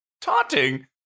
taunting